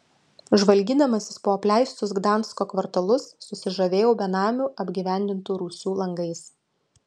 žvalgydamasis po apleistus gdansko kvartalus susižavėjau benamių apgyvendintų rūsių langais